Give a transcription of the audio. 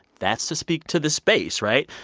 that's to speak to this base, right?